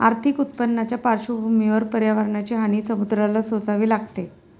आर्थिक उत्पन्नाच्या पार्श्वभूमीवर पर्यावरणाची हानी समुद्राला सोसावी लागते